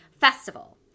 festival